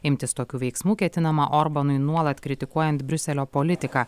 imtis tokių veiksmų ketinama orbanui nuolat kritikuojant briuselio politiką